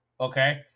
Okay